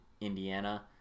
Indiana